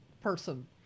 person